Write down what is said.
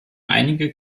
einige